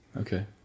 Okay